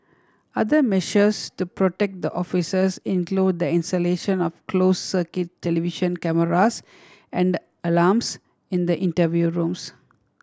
other measures to protect the officers include the installation of closed circuit television cameras and alarms in the interview rooms